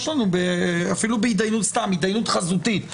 יש לנו אפילו בהתדיינות סתם, התדיינות חזותית.